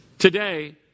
Today